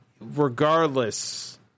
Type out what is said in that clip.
regardless